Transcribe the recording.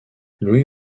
louis